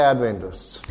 Adventists